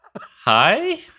hi